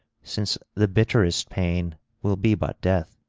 since the bitterest pain will be but death.